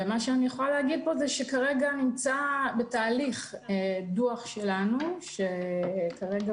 מה שאני יכולה לומר כאן זה שכרגע נמצא בתהליך דוח שלנו שהוא כרגע